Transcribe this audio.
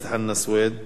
בבקשה.